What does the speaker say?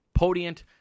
Podient